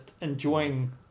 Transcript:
enjoying